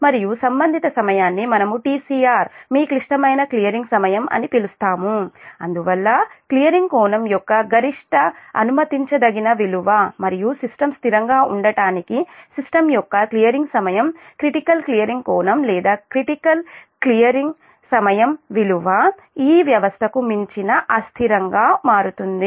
మరియు సంబంధిత సమయాన్ని మనము tcr మీ క్లిష్టమైన క్లియరింగ్ సమయం అని పిలుస్తాము అందువల్ల క్లియరింగ్ కోణం యొక్క గరిష్ట అనుమతించదగిన విలువ మరియు సిస్టమ్ స్థిరంగా ఉండటానికి సిస్టమ్ యొక్క క్లియరింగ్ సమయం క్రిటికల్ క్లియరింగ్ కోణం లేదా క్లిష్టమైన క్లియరింగ్ సమయం విలువ ఈ వ్యవస్థకు మించిన అస్థిరంగా మారుతుంది